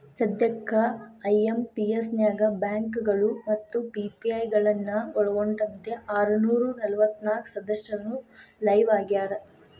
ಸದ್ಯಕ್ಕ ಐ.ಎಂ.ಪಿ.ಎಸ್ ನ್ಯಾಗ ಬ್ಯಾಂಕಗಳು ಮತ್ತ ಪಿ.ಪಿ.ಐ ಗಳನ್ನ ಒಳ್ಗೊಂಡಂತೆ ಆರನೂರ ನಲವತ್ನಾಕ ಸದಸ್ಯರು ಲೈವ್ ಆಗ್ಯಾರ